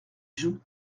joues